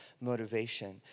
motivation